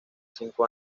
cinco